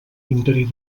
interí